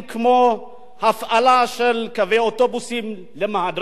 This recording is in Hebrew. כמו הפעלה של קווי אוטובוסים למהדרין,